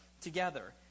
together